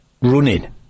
running